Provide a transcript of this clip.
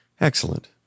Excellent